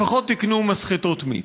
לפחות תקנו מסחטות מיץ.